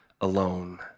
alone